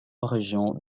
région